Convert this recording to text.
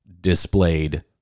displayed